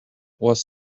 was